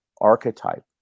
archetype